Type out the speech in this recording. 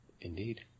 indeed